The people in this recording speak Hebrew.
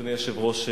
אדוני היושב-ראש,